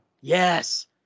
yes